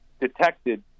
detected